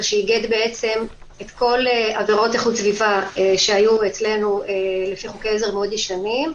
שאיגד את כל עבירות איכות הסביבה שהיו אצלנו לפי חוקי עזר מאוד ישנים.